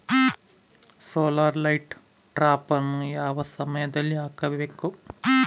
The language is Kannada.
ಸೋಲಾರ್ ಲೈಟ್ ಟ್ರಾಪನ್ನು ಯಾವ ಸಮಯದಲ್ಲಿ ಹಾಕಬೇಕು?